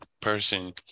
person